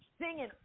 singing